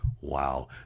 Wow